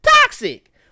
toxic